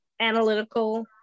analytical